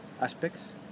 aspects